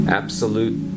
absolute